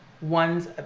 one's